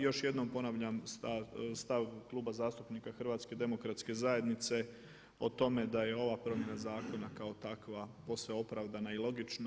Još jednom ponavljam stav Kluba zastupnika HDZ-a o tome da je ova promjena zakona kao takva posve opravdana i logična.